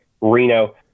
Reno